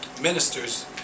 ministers